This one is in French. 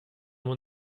mon